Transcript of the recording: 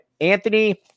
Anthony